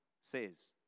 says